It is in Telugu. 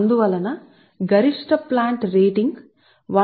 అందువల్ల గరిష్ట ప్లాంట్ రేటింగ్ 108 మెగావాట్లు